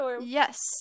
Yes